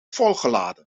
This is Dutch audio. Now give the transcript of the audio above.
volgeladen